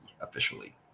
officially